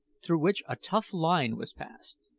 through which a tough line was passed.